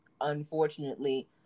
unfortunately